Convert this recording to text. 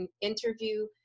interview